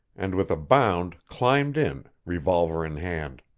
and with a bound climbed in, revolver in hand.